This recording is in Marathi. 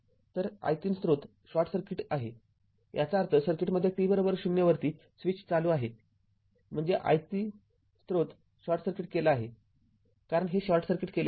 तर i३ स्रोत शॉर्ट सर्किट आहे याचा अर्थ सर्किटमध्ये t० वरती स्विच चालू झाला आहे म्हणजेहा i३ स्रोत शॉर्ट सर्किट केला आहे कारण हे शॉर्ट केले आहे